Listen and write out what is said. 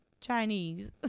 Chinese